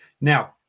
Now